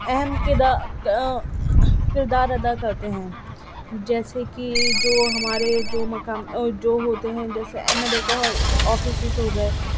اہم کردا کردار ادا کرتے ہیں جیسے کہ جو ہمارے جو مقام جو ہوتے ہیں جیسے ایم ایل اے کا آفیسس ہو گئے